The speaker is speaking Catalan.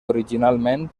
originalment